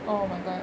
oh my god